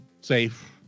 safe